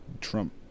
Trump